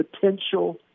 potential